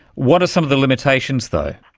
what are some of the limitations though?